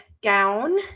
down